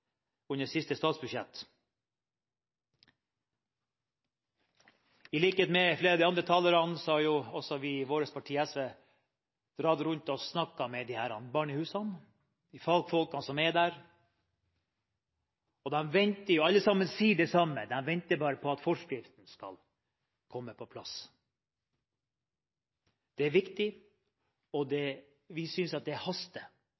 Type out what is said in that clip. under siste statsbudsjett. I likhet med flere av de andre talerne har også vi i vårt parti, SV, dratt rundt og snakket med folk på barnehusene, med de fagfolkene som er der, og alle sammen sier det samme, de venter bare på at forskriften skal komme på plass. Det er viktig, og vi synes at det haster.